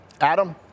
Adam